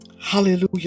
Hallelujah